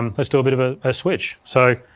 um let's do a bit of ah a switch. so,